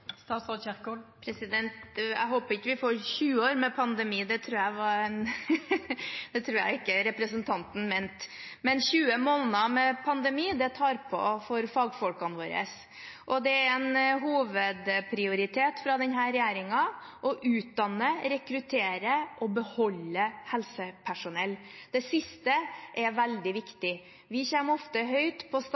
Jeg håper vi ikke får 20 år med pandemi, det tror jeg ikke representanten mente. Men 20 måneder med pandemi tar på for fagfolkene våre, og det er en hovedprioritet for denne regjeringen å utdanne, rekruttere og beholde helsepersonell. Det siste er veldig viktig. Vi kommer ofte høyt på